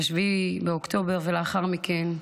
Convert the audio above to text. ב-7 באוקטובר ולאחר מכן,